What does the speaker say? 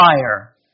fire